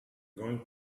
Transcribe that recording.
going